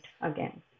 again